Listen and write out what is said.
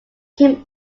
kim